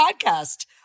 podcast